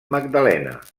magdalena